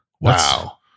Wow